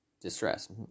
distress